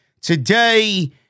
today